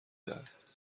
دهد